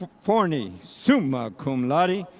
forney, summa cum laude,